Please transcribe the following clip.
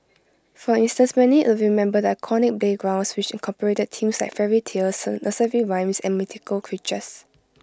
for instance many remember the iconic playgrounds which incorporated themes like fairy tales nursery rhymes and mythical creatures